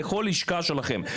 לכל לשכה שלכם?